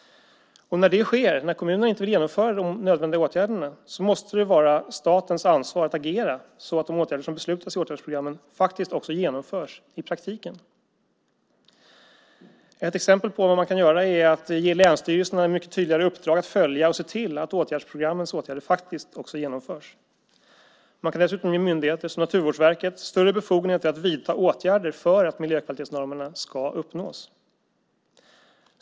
När det sker, när kommunerna inte vill genomföra de nödvändiga åtgärderna, måste det vara statens ansvar att agera så att de åtgärder som beslutats i åtgärdsprogrammen också genomförs i praktiken. Ett exempel på vad man kan göra är att ge länsstyrelserna mycket tydligare uppdrag att följa upp och se till att åtgärdsprogrammens åtgärder faktiskt också genomförs. Man kan dessutom ge myndigheter som Naturvårdsverket större befogenheter att vidta åtgärder för att miljökvalitetsnormerna ska uppnås.